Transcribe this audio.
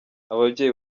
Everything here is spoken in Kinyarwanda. ababyeyi